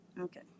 Okay